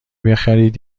بخرید